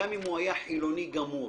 אם הוא היה חילוני גמור,